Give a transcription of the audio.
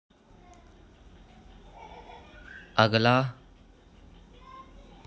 अगला